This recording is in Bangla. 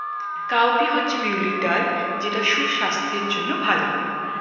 কাউপি হচ্ছে বিউলির ডাল যেটা সুস্বাস্থ্যের জন্য ভালো